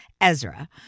Ezra